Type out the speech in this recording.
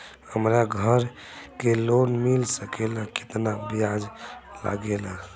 हमरा घर के लोन मिल सकेला केतना ब्याज लागेला?